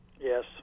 Yes